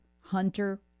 Hunter